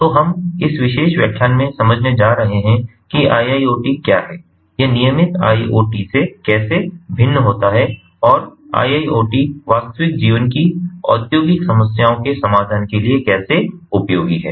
तो हम इस विशेष व्याख्यान में समझने जा रहे हैं कि IIoT क्या है यह नियमित IoT से कैसे भिन्न होता है और IIoT वास्तविक जीवन की औद्योगिक समस्याओं के समाधान के लिए कैसे उपयोगी हैं